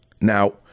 Now